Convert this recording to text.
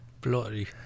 bloody